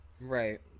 right